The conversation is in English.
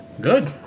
Good